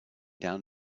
down